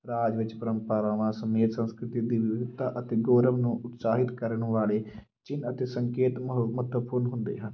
ਰਾਜ ਵਿੱਚ ਪਰੰਪਰਾਵਾਂ ਸਮੇਤ ਸੰਸਕ੍ਰਿਤੀ ਦੀ ਵਿਵਸਥਾ ਅਤੇ ਗੌਰਵ ਨੂੰ ਉਤਸ਼ਾਹਿਤ ਕਰਨ ਵਾਲੇ ਚਿੰਨ੍ਹ ਅਤੇ ਸੰਕੇਤ ਅਤੇ ਫੁਲ ਹੁੰਦੇ ਹਨ